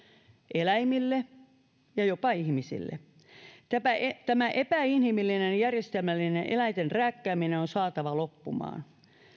eläimille ja jopa ihmisille tämä epäinhimillinen järjestelmällinen eläinten rääkkääminen on saatava loppumaan